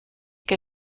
che